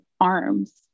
arms